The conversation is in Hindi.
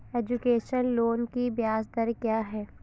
एजुकेशन लोन की ब्याज दर क्या है?